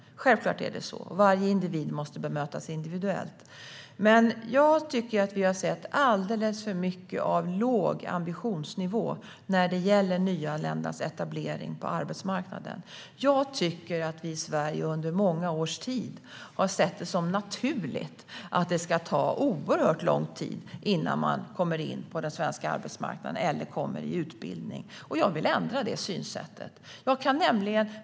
Självklart är det så. Varje individ måste bemötas individuellt. Vi har sett alldeles för mycket av låg ambitionsnivå när det gäller nyanländas etablering på arbetsmarknaden. Vi har i Sverige under många års tid sett det som naturligt att det ska ta oerhört lång tid innan människor kommer in på den svenska arbetsmarknaden eller kommer i utbildning. Jag vill ändra det synsättet.